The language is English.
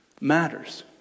matters